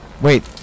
Wait